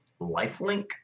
lifelink